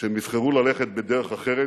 שהם יבחרו ללכת בדרך אחרת.